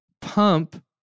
pump